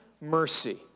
mercy